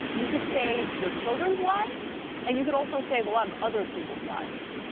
you could save your children's lives and you could also save a lot of other people's lives.